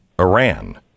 iran